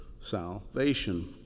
salvation